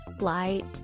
light